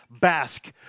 Basque